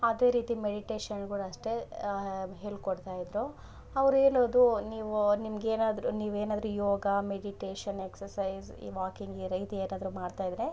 ಅದೇ ರೀತಿ ಮೆಡಿಟೇಷನ್ಗಳಷ್ಟೇ ಹೇಳ್ಕೊಡ್ತಾಯಿದ್ರು ಅವ್ರು ಹೇಳೋದು ನೀವು ನಿಮಗೇನಾದ್ರು ನೀವೇನಾದರು ಯೋಗ ಮೆಡಿಟೇಷನ್ ಎಕ್ಸಸೈಸ್ ಈ ವಾಕಿಂಗ್ ಈ ರೀತಿ ಏನಾದರು ಮಾಡ್ತಾಯಿದ್ರೆ